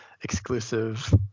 exclusive